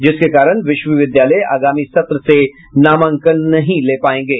जिसके कारण विश्वविद्यालय आगामी सत्र से नामांकन नहीं ले पायेंगे